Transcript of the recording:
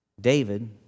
David